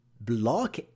block